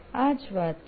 આ જ વાત છે